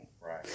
right